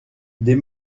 des